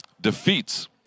defeats